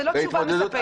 זאת לא תשובה מספקת.